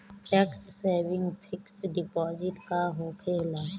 Tax saving fix deposit का होखे ला?